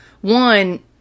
one